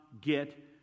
get